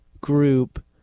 group